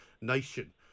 nation